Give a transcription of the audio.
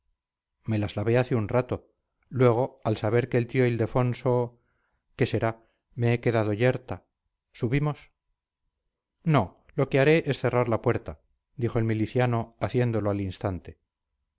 me las lavé hace un rato luego al saber que el tío ildefonso qué será me he quedado yerta subimos no lo que haré es cerrar la puerta dijo el miliciano haciéndolo al instante